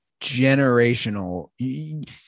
generational